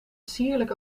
sierlijk